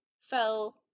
fell